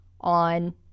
on